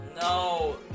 No